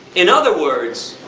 in other words,